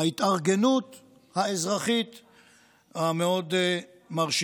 ההתארגנות האזרחית המאוד-מרשימה,